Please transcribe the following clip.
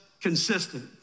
consistent